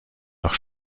noch